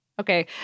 Okay